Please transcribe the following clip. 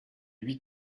huit